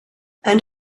and